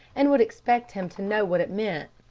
and would expect him to know what it meant.